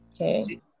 Okay